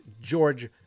George